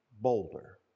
boulder